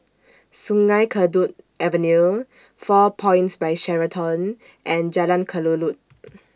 Sungei Kadut Avenue four Points By Sheraton and Jalan Kelulut